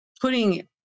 putting